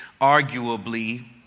arguably